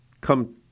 come